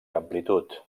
amplitud